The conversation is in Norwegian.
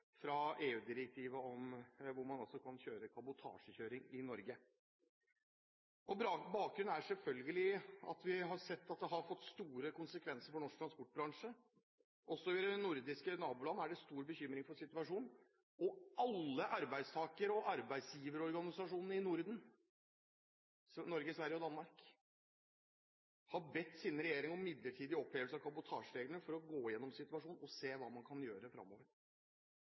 fra – EU-direktivet som gjør at man også kan ha kabotasjekjøring i Norge. Bakgrunnen er selvfølgelig at vi har sett at det har fått store konsekvenser for norsk transportbransje. Også i våre nordiske naboland er det stor bekymring over situasjonen, og alle arbeidstaker- og arbeidsgiverorganisasjonene i Norden, Norge Sverige og Danmark, har bedt sine regjeringer om midlertidig opphevelse av kabotasjereglene for å gå igjennom situasjonen og se hva man kan gjøre